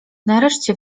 nareszcie